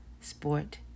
sport